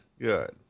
good